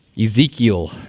Ezekiel